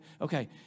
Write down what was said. Okay